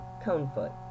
Conefoot